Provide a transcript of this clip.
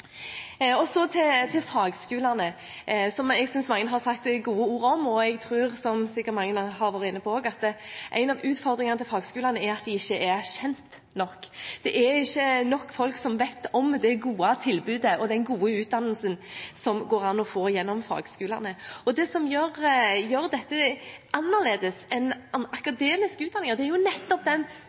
yrkesfagene. Så til fagskolene, som jeg synes mange har sagt gode ord om. Jeg tror – som sikkert mange andre også har vært inne på – at en av utfordringene for fagskolene er at de ikke er kjente nok. Det er ikke nok folk som vet om det gode tilbudet og den gode utdannelsen som det går an å få gjennom fagskolene. Det som gjør dette annerledes enn akademiske utdanninger, er nettopp den yrkesrettingen, og det er jo